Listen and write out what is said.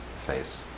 face